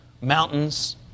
mountains